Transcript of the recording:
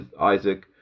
Isaac